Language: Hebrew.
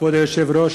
כבוד היושב-ראש,